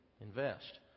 Invest